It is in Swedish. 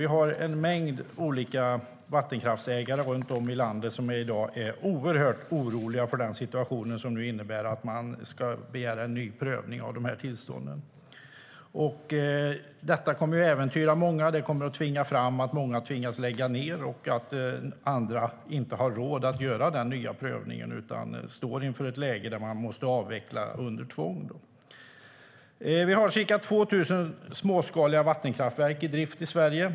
Vi har en mängd olika vattenkraftsägare runt om i landet som i dag är oerhört oroliga för den situation som nu innebär att man ska begära en ny prövning av tillstånden. Detta kommer att äventyra det för många. Det kommer att göra att många tvingas lägga ned. Andra har inte råd att göra den nya prövningen utan står inför ett läge där man måste avveckla under tvång. Vi har ca 2 000 småskaliga vattenkraftverk i drift i Sverige.